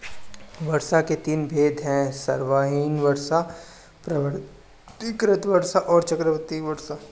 वर्षा के तीन भेद हैं संवहनीय वर्षा, पर्वतकृत वर्षा और चक्रवाती वर्षा